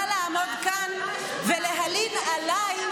את מעיזה לעמוד כאן ולהלין עליי,